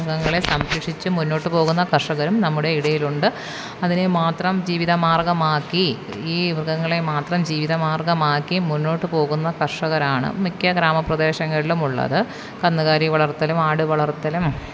മൃഗങ്ങളെ സംരക്ഷിച്ച് മുന്നോട്ട് പോകുന്ന കർഷകരും നമ്മുടെ ഇടയിലുണ്ട് അതിനെ മാത്രം ജീവിതമാർഗ്ഗമാക്കി ഈ മൃഗങ്ങളെ മാത്രം ജീവിതമാർഗ്ഗമാക്കി മുന്നോട്ട് പോകുന്ന കർഷകരാണ് മിക്ക ഗ്രാമപ്രദേശങ്ങളിലും ഉള്ളത് കന്നുകാലി വളർത്തലും ആട് വളർത്തലും